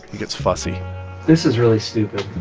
he gets fussy this is really stupid.